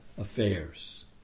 affairs